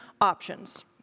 options